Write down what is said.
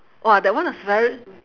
!wah! that one was very